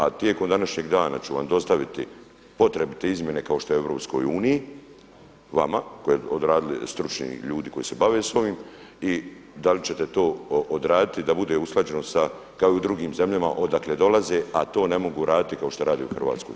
A tijekom današnjeg dana ću vam dostaviti potrebite izmjene kao što je u EU vama koji odradili stručni ljudi koji se bave sa ovim i da li ćete to odraditi da bude usklađeno sa kao i u drugim zemljama odakle dolaze, a to ne mogu raditi kao što rade u Hrvatskoj.